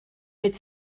mit